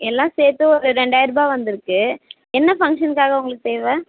எல்லாம் சேர்த்து ஒரு ரெண்டாயிரரூபா வந்திருக்கு என்ன ஃபங்க்ஷனுக்காக உங்களுக்கு தேவை